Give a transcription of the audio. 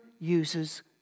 uses